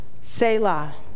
Selah